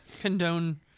condone